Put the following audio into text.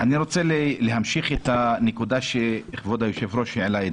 אני רוצה להמשיך את הנקודה שכבוד היושב-ראש העלה.